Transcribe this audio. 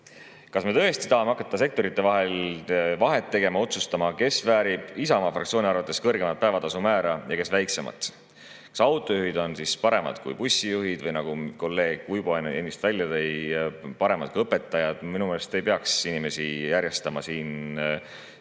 Kas me tõesti tahame hakata sektorite vahel vahet tegema, otsustama, kes väärib Isamaa fraktsiooni arvates kõrgemat päevatasumäära ja kes väiksemat? Kas autojuhid on siis paremad kui bussijuhid või, nagu kolleeg Uibo ennist välja tõi, paremad kui õpetajad? Minu meelest ei peaks inimesi järjestama selle